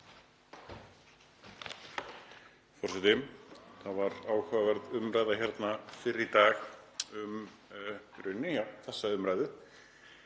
Það var áhugaverð umræða hérna fyrr í dag um þessa umræðu,